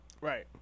Right